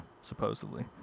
supposedly